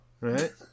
Right